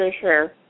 sure